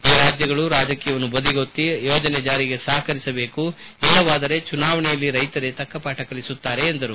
ಈ ರಾಜ್ಲಗಳು ರಾಜಕೀಯವನ್ನು ಬದಿಗೊತ್ತಿ ಯೋಜನೆ ಜಾರಿಗೆ ಸಹಕರಿಸಬೇಕು ಇಲ್ಲವಾದರೆ ಚುನಾವಣೆಯಲ್ಲಿ ರೈತರೆ ತಕ್ಕ ಪಾಠ ಕಲಿಸುತ್ತಾರೆ ಎಂದರು